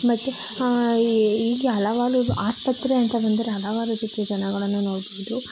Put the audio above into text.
ಮತ್ತೆ ಹೀ ಹೀಗೆ ಹಲವಾರು ಆಸ್ಪತ್ರೆ ಅಂತ ಬಂದರೆ ಹಲವಾರು ರೀತಿಯ ಜನಗಳನ್ನು ನೋಡಬಹುದು